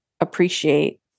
appreciate